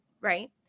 Right